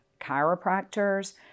chiropractors